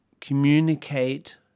communicate